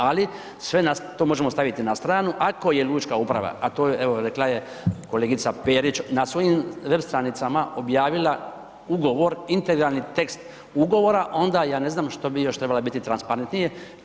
Ali, sve to možemo staviti na stranu ako je lučka uprava, a to je evo, rekla je kolegica Petrić na svojim web stranicama objavila ugovor, integralni tekst ugovora, onda ja ne znam što bi još trebala biti transparentnije.